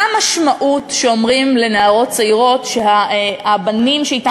מה המשמעות כשאומרים לנערות צעירות שהבנים שאתן